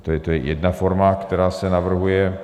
To je jedna forma, která se navrhuje.